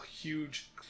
huge